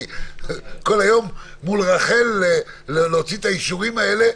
אני כל היום מול רח"ל להוציא את האישורים האלה,